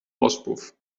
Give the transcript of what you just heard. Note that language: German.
auspuff